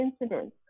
incidents